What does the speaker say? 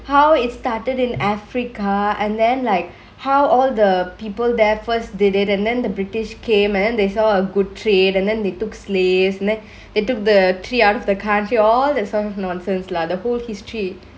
how it started in africa and then like how all the people there first did it and then the british came and then they saw a guthrie and then they took slaves then they took the tree out of the country all that some nonsense lah the whole history